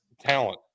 talent